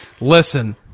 listen